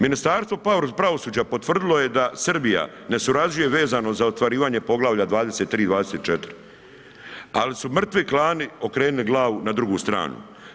Ministarstvo pravosuđa, potvrdila je da Srbija ne surađuje vezano za ostvarenje poglavalja 23., 24. ali su mrtvi klani okrenuli glavu na drugu stranu.